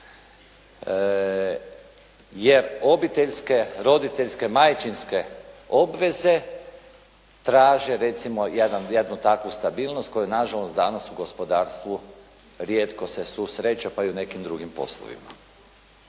je obiteljske, roditeljske, majčinske obveze traže jednu takvu stabilnost koju danas u gospodarstvu rijetko se sreće pa i u nekim drugim poslovima.